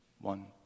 One